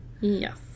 Yes